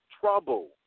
trouble